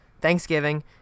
Thanksgiving